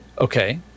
okay